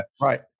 Right